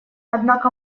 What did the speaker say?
однако